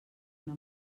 una